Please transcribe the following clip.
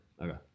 Okay